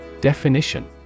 Definition